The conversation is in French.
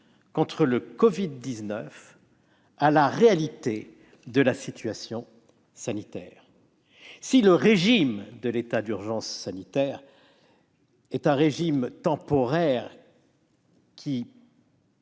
contre le covid-19 à la réalité de la situation sanitaire. Si le régime de l'état d'urgence sanitaire est un régime temporaire qui,